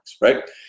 right